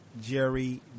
Jerry